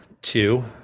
two